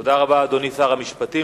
תודה רבה, אדוני שר המשפטים.